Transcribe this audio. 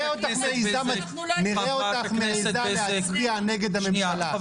נראה אותך מעזה להצביע נגד הממשלה.